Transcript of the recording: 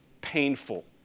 painful